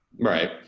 Right